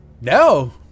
No